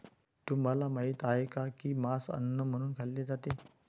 तुम्हाला माहित आहे का की मांस अन्न म्हणून खाल्ले जाते?